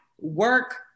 work